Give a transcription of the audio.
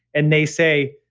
and they say,